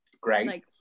Great